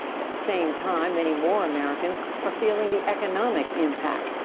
at the same time, many more americans are feeling the economic impact.